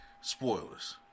spoilers